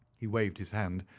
he waved his hand,